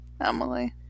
Emily